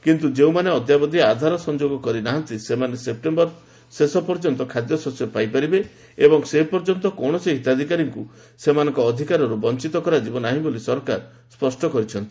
କିନ୍ତୁ ଯେଉଁମାନେ ଅଦ୍ୟାବଧି ଆଧାର ସଂଯୋଗ କରି ନାହାନ୍ତି ସେମାନେ ସେପ୍ଟେମ୍ବର ଶେଷ ପର୍ଯ୍ୟନ୍ତ ଖାଦ୍ୟଶସ୍ୟ ପାଇପାରିବେ ଏବଂ ସେପର୍ଯ୍ୟନ୍ତ କୌଣସି ହିତାଧିକାରୀଙ୍କ ସେମାନଙ୍କ ଅଧିକାରରୁ ବଞ୍ଚତ କରାଯିବ ନାହିଁ ବୋଲି ସରକାର ସ୍ୱଷ୍ଟ କରିଛନ୍ତି